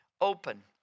open